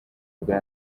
bwa